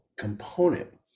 component